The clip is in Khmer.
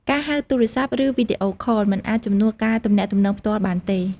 ការហៅទូរស័ព្ទ ឬវីដេអូខល មិនអាចជំនួសការទំនាក់ទំនងផ្ទាល់បានទេ។